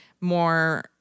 more